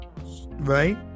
Right